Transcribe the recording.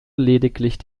lediglich